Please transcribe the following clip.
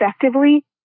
effectively